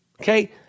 Okay